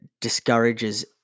discourages